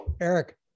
Eric